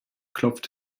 klopft